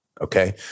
Okay